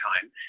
time